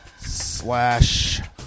slash